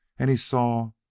and he saw,